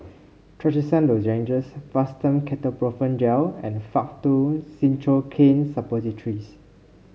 Trachisan Lozenges Fastum Ketoprofen Gel and Faktu Cinchocaine Suppositories